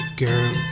girl